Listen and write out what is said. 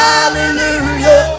Hallelujah